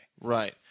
Right